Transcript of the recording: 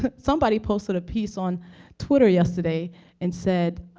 but somebody posted a piece on twitter yesterday and said,